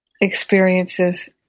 experiences